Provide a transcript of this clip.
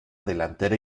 delantera